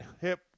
hip